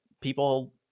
people